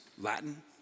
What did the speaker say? Latin